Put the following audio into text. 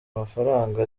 amafaranga